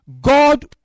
God